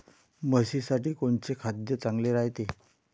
म्हशीसाठी कोनचे खाद्य चांगलं रायते?